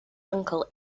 uncle